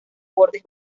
bordes